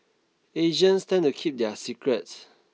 Asians tend to keep their secrets